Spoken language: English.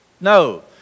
No